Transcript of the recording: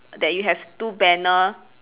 that you have two banner